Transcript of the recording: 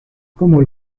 como